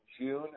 June